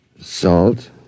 Salt